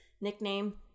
nickname